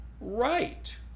right